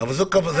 אבל זו הכוונה.